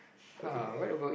okay